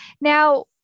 Now